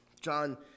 John